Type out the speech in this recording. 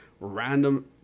random